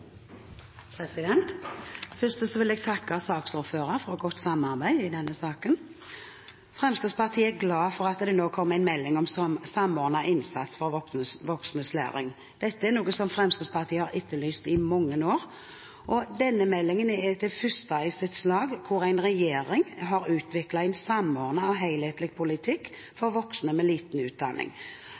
innvandrere. Først vil jeg takke saksordføreren for godt samarbeid i denne saken. Fremskrittspartiet er glad for at det nå kommer en melding om samordnet innsats for voksnes læring. Dette er noe Fremskrittspartiet har etterlyst i mange år. Denne meldingen er den første i sitt slag der en regjering har utviklet en samordnet og helhetlig politikk for voksne med liten utdanning,